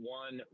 one